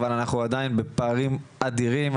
אבל אנחנו עדיין בפערים אדירים.